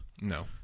No